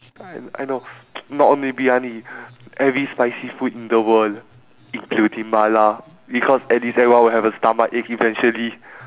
I I know not only briyani every spicy food in the world including mala because at least everyone will have a stomachache eventually